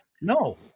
No